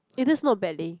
eh that's not bad leh